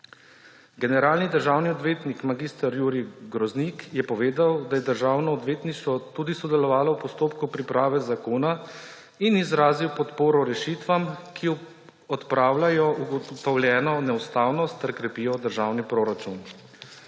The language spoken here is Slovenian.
Generalni državni odvetnik mag. Jurij Groznik je povedal, da je Državno odvetništvo tudi sodelovalo v postopku priprave zakona in izrazil podporo rešitvam, ki odpravljajo ugotovljeno neustavnost ter krepijo državni proračun.